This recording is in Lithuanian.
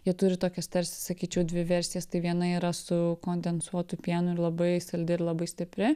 jie turi tokias tarsi sakyčiau dvi versijas tai viena yra su kondensuotu pienu ir labai saldi ir labai stipri